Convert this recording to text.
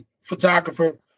photographer